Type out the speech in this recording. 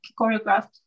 choreographed